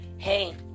Hey